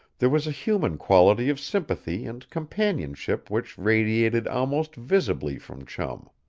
there was a human quality of sympathy and companionship which radiated almost visibly from chum.